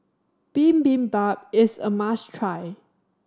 bibimbap is a must try